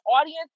audience